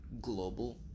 global